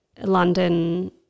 London